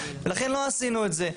לכן לא עשינו את זה,